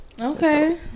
Okay